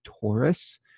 Taurus